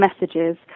messages